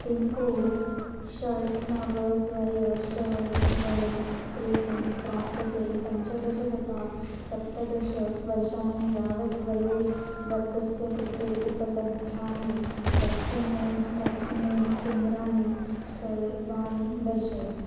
pincode षट् नव द्वे षट् द्वे त्रीणि प्रान्ते पञ्चदश तथा सप्तदशवर्षाणि यावत् वयोवर्गस्य कृते उपलभ्यानि व्याक्सिने व्याक्सिनेन केन्द्राणि सर्वानि दर्शय